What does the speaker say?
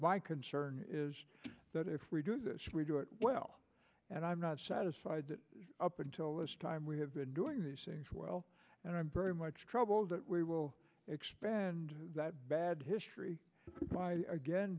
by concern is that if we do it well and i'm not satisfied that up until this time we have been doing these things well and i'm very much troubled that we will expand that bad history by again